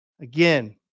Again